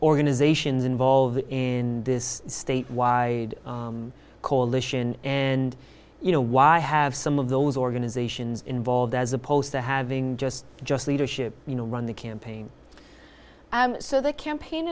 organizations involved in this state why coalition and you know why have some of those organizations involved as opposed to having just just leadership you know run the campaign so the campaign